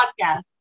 podcast